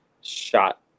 shot